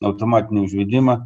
automatinį užvedimą